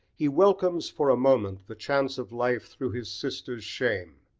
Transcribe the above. he welcomes for a moment the chance of life through his sister's shame,